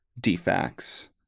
defects